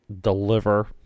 deliver